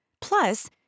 Plus